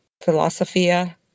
philosophia